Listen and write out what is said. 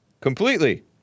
Completely